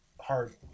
hard